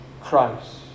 Christ